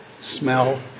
smell